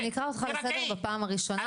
אני אקרא אותך לסדר בפעם הראשונה